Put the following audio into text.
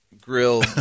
grill